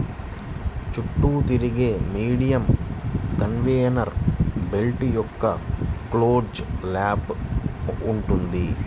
చుట్టూ తిరిగే medium conveyor belt యొక్క క్లోజ్డ్ లూప్ ఉంటుంది